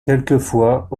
quelquefois